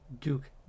Duke